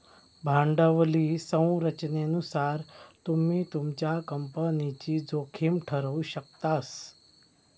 भांडवली संरचनेनुसार तुम्ही तुमच्या कंपनीची जोखीम ठरवु शकतास